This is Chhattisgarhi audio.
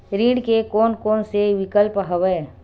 ऋण के कोन कोन से विकल्प हवय?